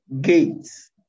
gates